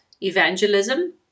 evangelism